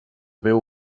veu